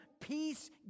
peace